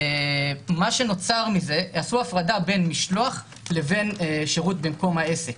עשו הפרדה בין משלוח לבין שירות במקום העסק.